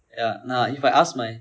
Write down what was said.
ya நான்:naan if I ask my